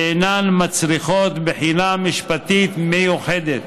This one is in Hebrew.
ואינן מצריכות בחינה משפטית מיוחדת.